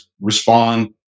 respond